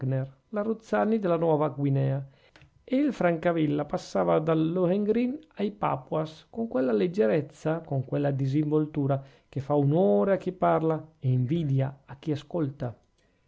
la ruzzani della nuova guinea e il francavilla passava dal lohengrin ai papuas con quella leggerezza con quella disinvoltura che fa onore a chi parla e invidia a chi ascolta